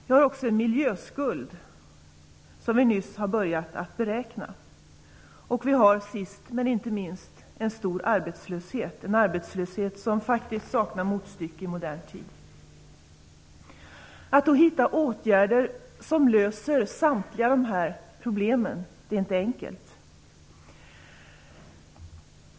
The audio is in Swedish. Vi har också en miljöskuld som vi nyss har börjat beräkna. Sist men inte minst har vi en stor arbetslöshet. Det är en arbetslöshet som faktiskt saknar motstycke i modern tid. Att då hitta åtgärder som löser samtliga problem är inte enkelt.